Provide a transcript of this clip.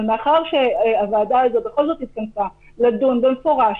אבל מאחר שהוועדה הזאת בכל זאת התכנסה לדון במפורש